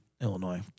Illinois